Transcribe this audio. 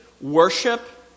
worship